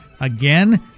Again